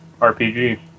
RPG